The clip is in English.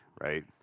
right